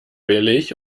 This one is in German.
billig